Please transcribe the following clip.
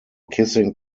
kissing